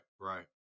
right